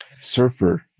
Surfer